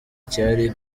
cyari